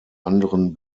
anderen